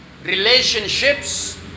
Relationships